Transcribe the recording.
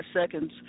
seconds